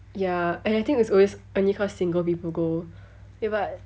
ya and I think it's always only cause single people go eh but